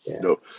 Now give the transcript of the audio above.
No